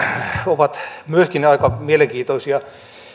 ovat aika mielenkiintoisia